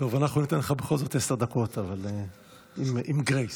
אנחנו ניתן לך בכל זאת עשר דקות, אבל עם גרייס.